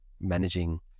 managing